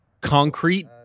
concrete